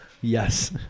Yes